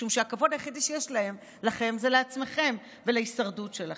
משום שהכבוד היחידי שיש לכם הוא לעצמכם ולהישרדות שלכם.